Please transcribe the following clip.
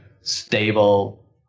stable